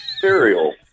cereal